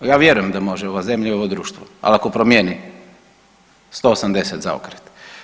A ja vjerujem da može ova zemlja i ovo društvo, ali ako promijeni 180 zaokret.